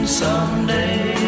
someday